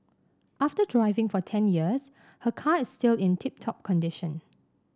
after driving for ten years her car is still in tip top condition